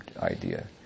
idea